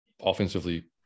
offensively